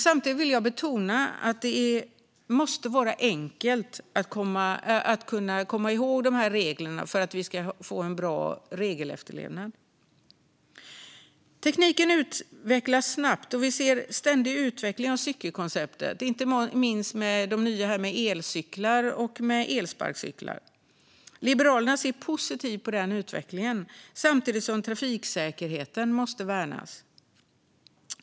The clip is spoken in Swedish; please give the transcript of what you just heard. Samtidigt vill jag betona att det måste vara enkelt att komma ihåg dessa regler för att vi ska få en bra regelefterlevnad. Tekniken utvecklas snabbt. Vi ser en ständig utveckling av cykelkonceptet, inte minst med de nya elcyklarna och elsparkcyklarna. Liberalerna ser positivt på denna utveckling, men samtidigt måste trafiksäkerheten värnas.